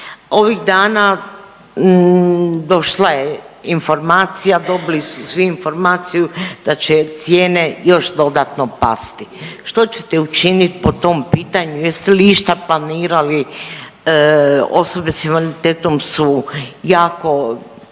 Ovih dana došla je informacija, dobili su svi informaciju da će cijene još dodatno pasti. Što ćete učiniti po tom pitanju? Jeste li išta planirali? Osobe s invaliditetom su jako